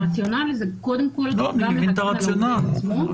הרציונל הוא --- אני מבין את הרציונל.